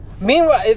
Meanwhile